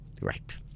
Right